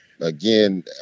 again